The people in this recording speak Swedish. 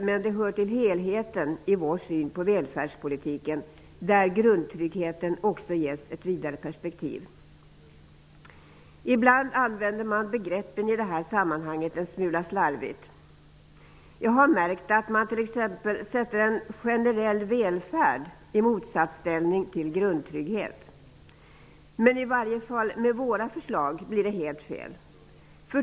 Men det hör till helheten i vår syn på välfärdspolitiken, där grundtryggheten också ges ett vidare perspektiv. I detta sammanhang använder man i bland begreppen en smula slarvigt. Jag har märkt att man t.ex. sätter en generell välfärd i motsatsställning till grundtrygghet. Men det blir i vart fall med våra förslag helt fel.